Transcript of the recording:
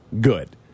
good